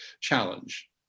challenge